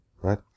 right